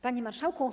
Panie Marszałku!